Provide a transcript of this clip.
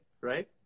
right